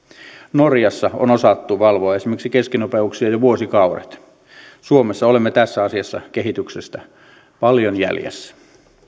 norjassa on osattu valvoa esimerkiksi keskinopeuksia jo vuosikaudet suomessa olemme tässä asiassa kehityksestä paljon jäljessä